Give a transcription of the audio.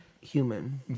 human